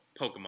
Pokemon